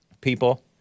people